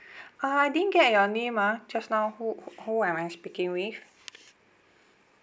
uh I didn't get your name ah just now who who am I speaking with